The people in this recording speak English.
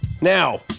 Now